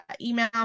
email